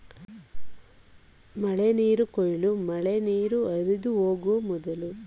ಮಳೆನೀರು ಕೊಯ್ಲು ಮಳೆನೀರು ಹರಿದುಹೋಗೊ ಮೊದಲು ಅಥವಾ ಜಲಚರ ತಲುಪುವ ಮೊದಲು ಮರುಬಳಕೆಗಾಗಿ ಸಂಗ್ರಹಣೆಮಾಡೋದಾಗಿದೆ